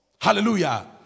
Hallelujah